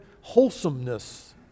wholesomeness